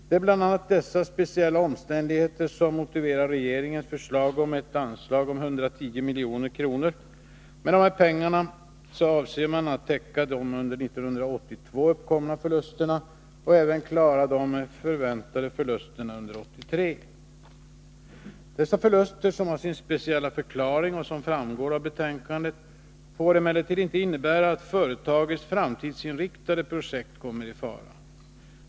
Det är bl.a. dessa speciella omständigheter som motiverar regeringens förslag om ett anslag på 110 milj.kr. Med dessa pengar avser man att täcka de under 1982 uppkomna förlusterna och även att klara de förväntade förlusterna under 1983. Dessa förluster — som har sin speciella förklaring, vilken framgår av betänkandet — får emellertid inte innebära att företagets framtidsinriktade projekt kommer i fara.